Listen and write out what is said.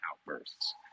outbursts